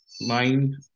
mind